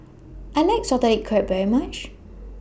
I like Salted Egg Crab very much